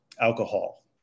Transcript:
alcohol